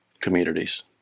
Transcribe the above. communities